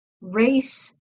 race